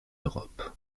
europe